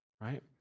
right